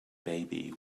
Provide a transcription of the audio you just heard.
baby